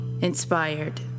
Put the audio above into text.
Inspired